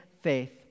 faith